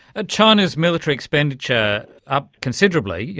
ah china's military expenditure upped considerably, yeah